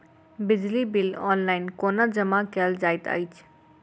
बिजली bill online कोना जमा कएल जाइत अछि?